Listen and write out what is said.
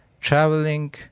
Traveling